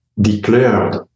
declared